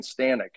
Stanek